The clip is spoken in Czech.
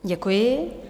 Děkuji.